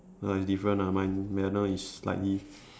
nah is different lah mine my one is slightly